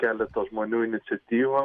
keleto žmonių iniciatyva